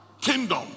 kingdom